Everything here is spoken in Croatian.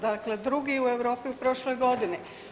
Dakle, drugi u Europi u prošloj godini.